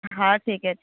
ହଁ ଠିକ ଅଛି